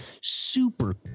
super